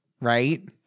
right